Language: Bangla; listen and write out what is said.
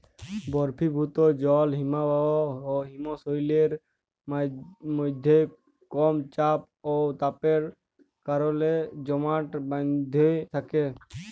বরফিভুত জল হিমবাহ হিমশৈলের মইধ্যে কম চাপ অ তাপের কারলে জমাট বাঁইধ্যে থ্যাকে